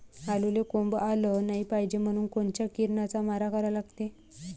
आलूले कोंब आलं नाई पायजे म्हनून कोनच्या किरनाचा मारा करा लागते?